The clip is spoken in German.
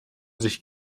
sich